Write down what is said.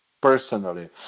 personally